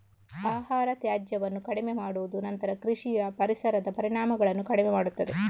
ಆಹಾರ ತ್ಯಾಜ್ಯವನ್ನು ಕಡಿಮೆ ಮಾಡುವುದು ನಂತರ ಕೃಷಿಯ ಪರಿಸರದ ಪರಿಣಾಮಗಳನ್ನು ಕಡಿಮೆ ಮಾಡುತ್ತದೆ